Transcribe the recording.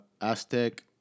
Aztec